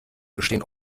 bestehen